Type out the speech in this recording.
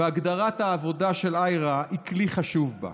והגדרת העבודה של IHRA היא כלי חשוב בה.